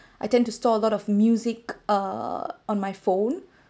I tend to store a lot of music uh on my phone